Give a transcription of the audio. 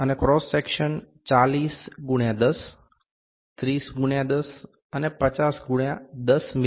અને cross section 40 × 10 30 × 10 અને 50 × 10 મી